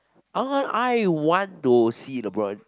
how come I want to see the Bron